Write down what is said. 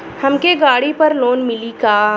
हमके गाड़ी पर लोन मिली का?